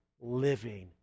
living